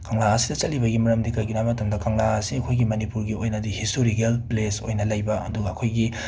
ꯀꯪꯂꯥ ꯑꯁꯤꯗ ꯆꯠꯂꯤꯕꯒꯤ ꯃꯔꯝꯗꯤ ꯀꯔꯤꯒꯤꯅꯣ ꯍꯥꯏꯕ ꯃꯇꯝꯗ ꯀꯪꯂꯥ ꯑꯁꯤ ꯑꯩꯈꯣꯏꯒꯤ ꯃꯥꯅꯤꯄꯨꯔꯒꯤ ꯑꯣꯏꯅꯗꯤ ꯍꯤꯁꯇꯣꯔꯤꯀꯦꯜ ꯄ꯭ꯂꯦꯁ ꯑꯣꯏꯅ ꯂꯩꯕ ꯑꯗꯨꯒ ꯑꯩꯈꯣꯏꯒꯤ